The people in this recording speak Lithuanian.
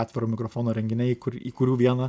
atviro mikrofono renginiai kur į kurių vieną